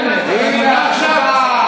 זו המנטרה שלכם.